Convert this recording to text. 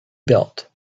belt